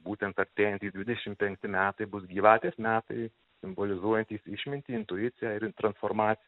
būtent artėjantys dvidešim penkti metai bus gyvatės metai simbolizuojantys išmintį intuiciją ir transformac